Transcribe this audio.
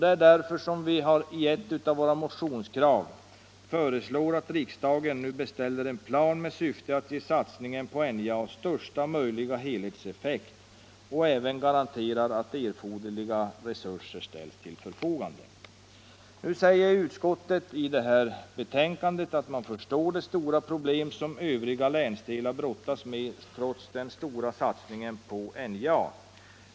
Det är därför vi i en av våra motioner föreslår att riksdagen nu beställer en plan med syfte att ge satsningen på NJA största möjliga helhetseffekt och även garanterar att erforderliga resurser för dess genomförande ställs till förfogande. Utskottet säger sig i betänkandet förstå de stora problem som övriga länsdelar brottas med trots den stora satsningen på NJA.